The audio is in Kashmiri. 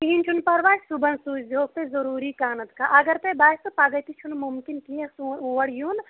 کِہیٖنۍ چھُنہٕ پرواے صبحَن سوٗزِوُکھ تُہۍ ضروٗری کانہہ نَتہٕ کانہہ اگر تۄہہِ باسوٕ پَگاہ تہِ چھُنہٕ مُمکِن کیٚنٛہہ سون اور یُن